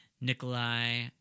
Nikolai